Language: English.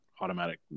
automatic